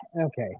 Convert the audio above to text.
okay